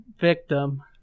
victim